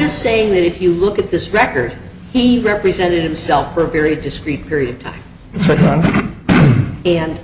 you saying that if you look at this record he represented himself for a very discreet period of time and